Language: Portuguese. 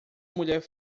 mulher